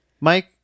Mike